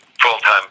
full-time